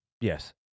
Yes